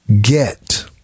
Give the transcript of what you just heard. get